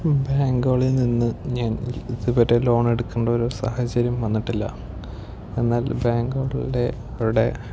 ബാങ്കുകളിൽ നിന്ന് ഞാൻ ഇതുവരെ ലോൺ എടുക്കേണ്ട ഒരു സാഹചര്യം വന്നിട്ടില്ല എന്നാൽ ബാങ്കുകളുടെ ളുടെ